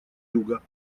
юга